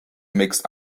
mixed